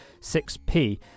6p